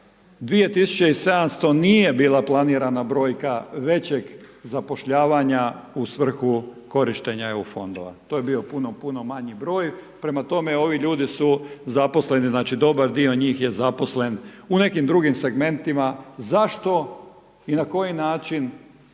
2700 nije bila planirana brojka većeg zapošljavanja u svrhu korištenja EU fondova. To je bio puno puno manji broj, prema tome, ovi ljudi su zaposleni, znači dobar dio njih je zaposlen u nekim drugim segmentima, zašto i na koji način,